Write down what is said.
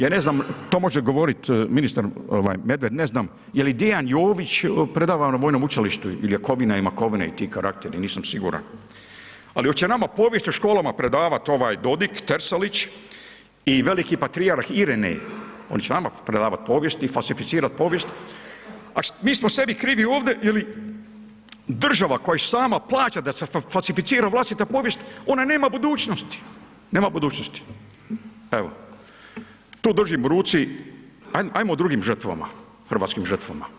Ja ne znam, to može govorit ministar ovaj, Medved, ne znam, je li Dian Jović predava na vojnom učilištu il Jakovina i Makovina i ti karakteri, nisam siguran, ali oće nama povijest u školama predavat ovaj Dodig Tersalić i veliki patrijarh Irinej, oni će nama predavat povijest i falsificirat povijest, a mi smo sebi krivi ovde ili država koja sama plaća da se falsificira vlastita povijest, ona nema budućnosti, nema budućnosti, evo, tu držim u ruci, ajmo o drugim žrtvama, hrvatskim žrtvama.